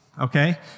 okay